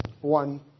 one